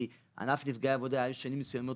כי ענף נפגעי עבודה היה שנים מסוימות